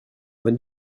when